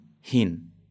hin